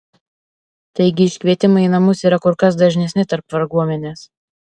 taigi iškvietimai į namus yra kur kas dažnesni tarp varguomenės